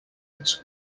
its